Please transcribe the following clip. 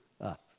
up